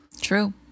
True